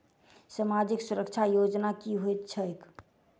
सामाजिक सुरक्षा योजना की होइत छैक?